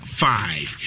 five